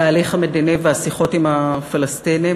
התהליך המדיני והשיחות עם הפלסטינים.